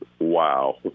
Wow